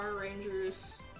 Rangers